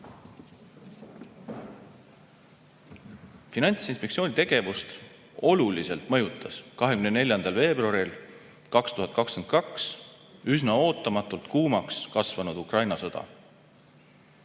Finantsinspektsiooni tegevust oluliselt mõjutas 24. veebruaril 2022 üsna ootamatult kuumaks kasvanud Ukraina sõda.